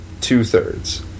two-thirds